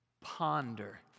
ponder